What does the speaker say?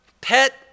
pet